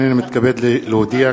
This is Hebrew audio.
הנני מתכבד להודיע,